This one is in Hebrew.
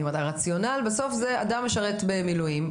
אני אומרת שהרציונל בסוף הוא שאדם משרת במילואים,